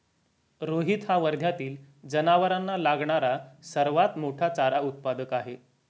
रोहित हा वर्ध्यातील जनावरांना लागणारा सर्वात मोठा चारा उत्पादक आहे